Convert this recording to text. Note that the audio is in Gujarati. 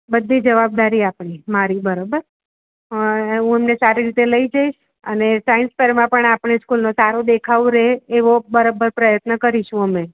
બધી જવાબદારી આપણી મારી બરાબર હં હું એમને સારી રીતે લઈ જઈશ અને સાઇન્સ ફેરમાં પણ આપણી સ્કૂલનો સારો દેખાવ રહે એવો બરાબર પ્રયત્ન કરીશું અમે